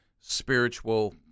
spiritual